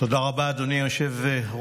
תודה רבה, אדוני היושב-ראש.